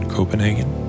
Copenhagen